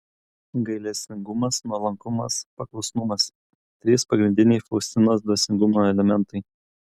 gailestingumas nuolankumas paklusnumas trys pagrindiniai faustinos dvasingumo elementai